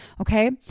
Okay